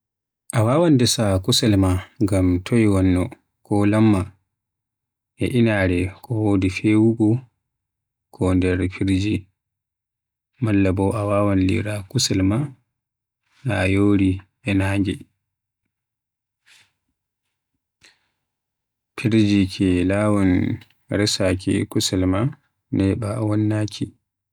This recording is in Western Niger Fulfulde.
A wawan ndesa kusel maa ngam toy wonno ko lamma e inaare ko wodi fewugo ba nder firji, malla bo a wawan lira kusel maa na yoori e nange. firji Laawol resaaki kusel ngam neba wonnaki.